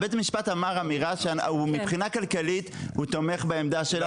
בית המשפט אמר שמבחינה כלכלית הוא תומך בעמדה שלנו.